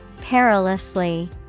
Perilously